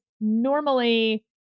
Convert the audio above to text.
normally